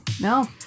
No